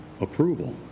approval